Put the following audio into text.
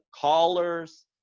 callers